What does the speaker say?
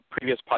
previous